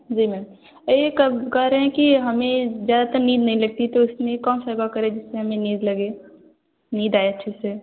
जी ma'am और यह कब करें कि हमें ज़्यादातर नींद नहीं लगती तो इसमें से कौन सा योग करें जिसमें हमें नींद लगे नींद आए अच्छे से